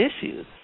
issues